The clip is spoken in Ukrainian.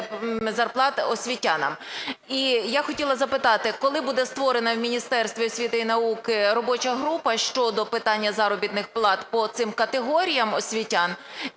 зарплат освітянам. І я хотіла запитати, коли буде створена в Міністерстві освіти і науки робоча група щодо питання заробітних плат позафракційні по цим категоріям освітян.